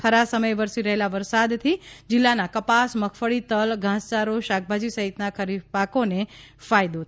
ખરા સમયે વરસી રહેલા વરસાદથી જિલ્લાના કપાસ મગફળી તલ ધાસયારો શાકભાજી સહિતના ખરીફ પાકોને ફાયદો થશે